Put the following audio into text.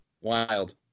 Wild